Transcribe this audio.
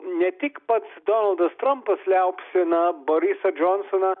ne tik pats donaldas trampas liaupsina borisą džonsoną